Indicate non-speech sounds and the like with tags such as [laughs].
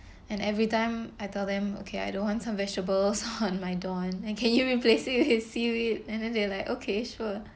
and every time I tell them okay I don't want some vegetables [laughs] on my don and can you replace it with seaweed and then they like okay sure